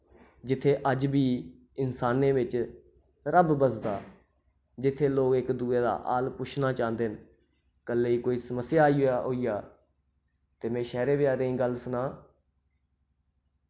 जित्थै अज्ज बी इंसानें बिच रब बसदा जित्थै लोक इक दुए दा हाल पुछना चाह्न्दे न कल्ले ई कोई समस्या आइया होइया ते मैं शैह्रें बजारें गल्ल सनां